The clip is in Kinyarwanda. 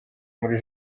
muri